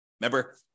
Remember